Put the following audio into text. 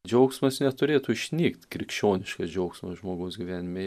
džiaugsmas neturėtų išnykt krikščioniškas džiaugsmas žmogaus gyvenime